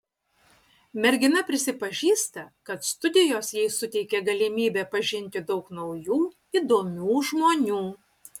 mergina prisipažįsta kad studijos jai suteikė galimybę pažinti daug naujų įdomių žmonių